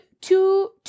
two